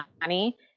money